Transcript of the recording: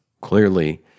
clearly